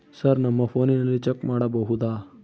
Sir ನಮ್ಮ ಫೋನಿನಲ್ಲಿ check ಮಾಡಬಹುದಾ?